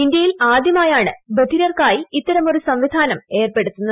ഇന്ത്യയിൽ ആദ്യമായാണ് ബധിരർക്കായി ഇത്തരമൊരു സംവിധാനം ഏർപ്പെടുത്തുന്നത്